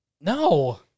No